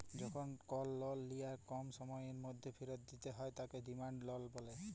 যখল কল লল লিয়ার কম সময়ের ম্যধে ফিরত দিতে হ্যয় তাকে ডিমাল্ড লল ব্যলে